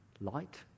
Light